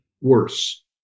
worse